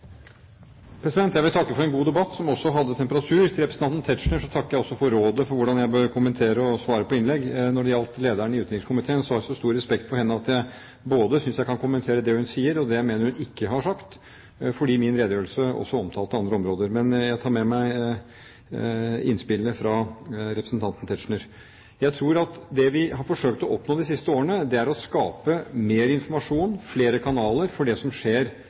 Jeg vil takke for en god debatt, som også hadde temperatur. Til representanten Tetzschner takker jeg også for rådet for hvordan jeg bør kommentere og svare på innlegg. Når det gjelder lederen i utenrikskomiteen, har jeg så stor respekt for henne at jeg både synes jeg kan kommentere det hun sier, og det jeg mener hun ikke har sagt, fordi min redegjørelse også omtalte andre områder. Men jeg tar med meg innspillene fra representanten Tetzschner. Jeg tror at det vi har forsøkt å oppnå de siste årene, er å skape mer informasjon – flere kanaler for det som skjer